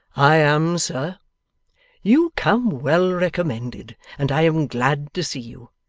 i am, sir you come well recommended, and i am glad to see you.